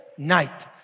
Night